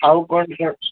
ଆଉ କ'ଣ